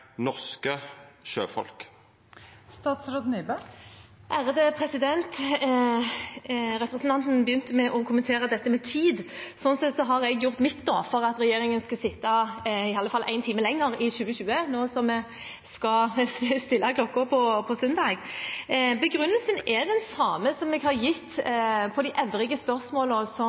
norske sjøfolk? Representanten begynte med å kommentere dette med tid. Sånn sett har jeg gjort mitt, da, for at regjeringen skulle sitte i alle fall én time lenger i 2020, nå som vi skal stille klokka på søndag. Begrunnelsen er den samme som jeg har gitt på de